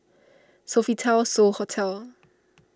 Sofitel So Hotel